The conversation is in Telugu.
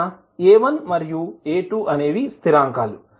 ఇక్కడ a1 మరియు a2 అనేవి స్థిరాంకాలు